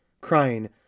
crying